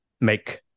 make